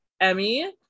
Emmy